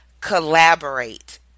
collaborate